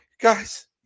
guys